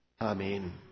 Amen